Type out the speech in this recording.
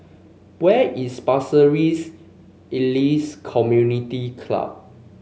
where is Pasir Ris Elias Community Club